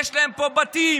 יש להם פה בתים,